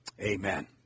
amen